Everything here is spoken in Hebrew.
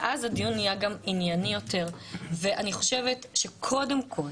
אני חושבת שקודם כול